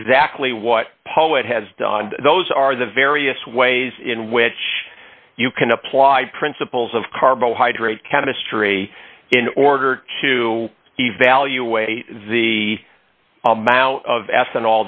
exactly what poet has done those are the various ways in which you can apply principles of carbohydrate chemistry in order to evaluate the amount of e